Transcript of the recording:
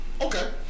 Okay